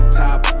top